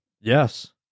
Yes